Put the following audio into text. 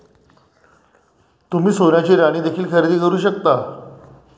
तुम्ही सोन्याची नाणी देखील खरेदी करू शकता